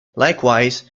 likewise